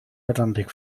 atlantik